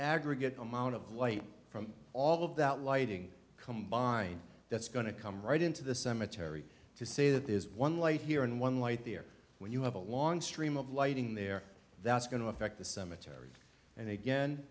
aggregate amount of light from all of that lighting combine that's going to come right into the cemetery to say that there's one light here and one light there when you have a long stream of lighting there that's going to affect the cemetery and again